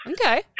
Okay